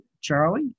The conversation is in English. Charlie